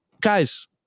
Guys